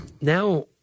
Now